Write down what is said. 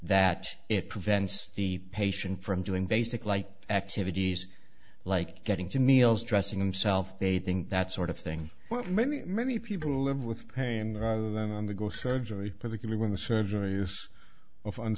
that it prevents the patient from doing basic like activities like getting to meals dressing him self they think that sort of thing but many many people live with pain rather than on the go surgery particularly when the surgery is o